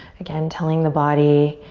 again, telling the body,